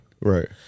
right